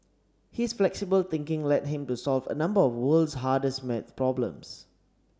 his flexible thinking led him to solve a number of world's hardest maths problems